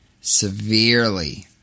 Severely